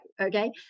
okay